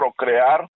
Procrear